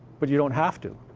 but you don't have to.